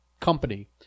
company